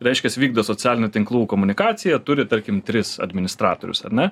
reiškias vykdo socialinių tinklų komunikacija turi tarkim tris administratorius ar ne